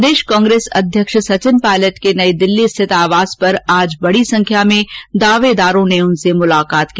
प्रदेश कांग्रेस अध्यक्ष सचिन पायलट के नई दिल्ली स्थित आवास पर आज बड़ी संख्या में दावेदारों ने उन से मुलाकात की